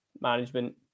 management